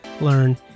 learn